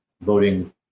voting